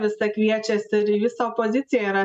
visą kviečiasi ir visa opozicija yra